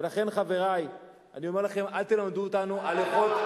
ולכן, חברי, אני אומר לכם, אל תלמדו אותנו הלכות,